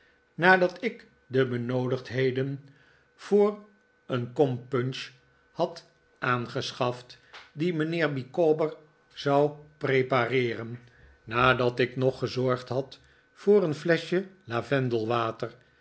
nadat ik de benoodigdheden voor een david copperfield kom punch had aangeschaft die mijnheer micawber zou prepareeren nadat ik nog gezorgd had voor een fleschje